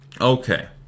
Okay